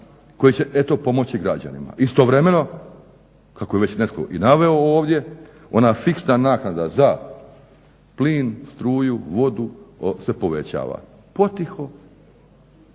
koje će eto pomoći građanima. Istovremeno kako je već netko i naveo ovdje ona fiksna naknada za plin, struju, vodu se povećava potiho,